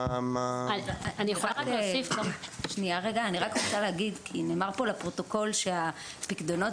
אני רוצה לומר - כי נאמר כאן לפרוטוקול שהפיקדונות